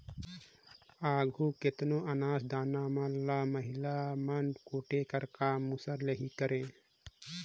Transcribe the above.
आघु केतनो अनाज दाना मन ल महिला मन कूटे कर काम मूसर ले ही करें